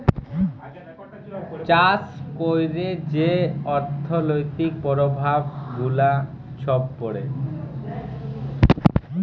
চাষ ক্যইরে যে অথ্থলৈতিক পরভাব গুলা ছব পড়ে